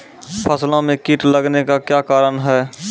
फसलो मे कीट लगने का क्या कारण है?